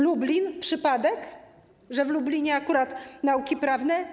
Lublin - przypadek, że w Lublinie akurat nauki prawne?